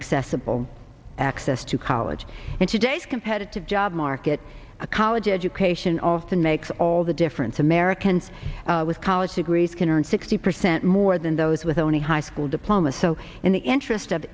accessible access to college and today's competitive job market a college education often makes all the difference americans with college degrees can earn sixty percent more than those with only a high school diploma so in the interest of